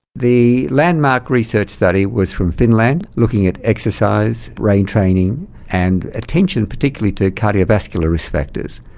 the landmark research study was from finland, looking at exercise, brain training and attention particularly to cardiovascular risk factors,